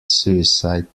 suicide